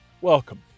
Welcome